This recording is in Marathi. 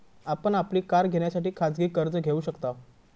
आपण आपली कार घेण्यासाठी खाजगी कर्ज घेऊ शकताव